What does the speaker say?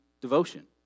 devotion